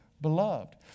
beloved